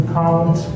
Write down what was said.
count